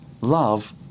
love